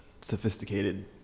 sophisticated